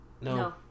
No